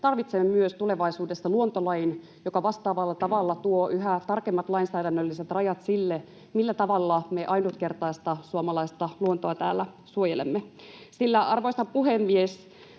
tarvitsemme tulevaisuudessa myös luontolain, joka vastaavalla tavalla tuo yhä tarkemmat lainsäädännölliset rajat sille, millä tavalla me ainutkertaista suomalaista luontoa täällä suojelemme. Arvoisa puhemies!